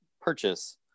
purchase